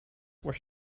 were